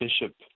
Bishop